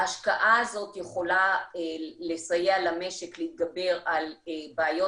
ההשקעה הזאת יכולה לסייע למשק להתגבר על בעיות